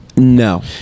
No